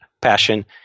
passion